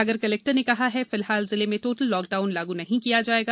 सागर collector ने कहा है फिलहाल जिले में टोटल लॉकडाउन लागू नहीं किया जाएगा